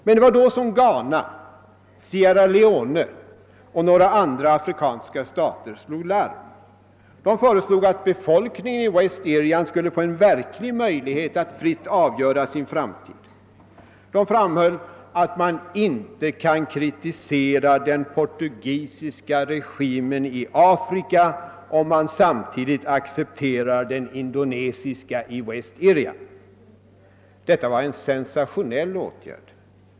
Det var då som Ghana, Sierra Leone och några andra afrikanska stater slog larm. De föreslog att befolkningen i West Irian skulle få en verklig möjlighet att fritt avgöra sin framtid. De framhöll att man inte kan kritisera den portugisiska regimen i Afrika om man samtidigt accepterar den indonesiska i West Irian. Detta var en sensationell åtgärd.